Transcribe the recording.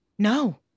No